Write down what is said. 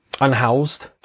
unhoused